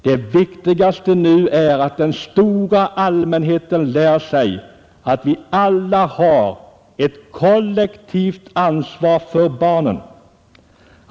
Det viktigaste nu är att den stora allmänheten lär sig att vi alla har ett kollektivt ansvar för barnen.